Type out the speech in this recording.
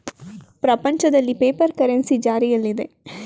ಪ್ರಪಂಚದಲ್ಲಿ paper currency ಜಾರಿಯಲ್ಲಿದೆ